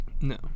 No